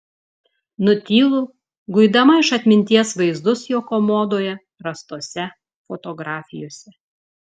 nutylu guidama iš atminties vaizdus jo komodoje rastose fotografijose